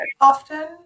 often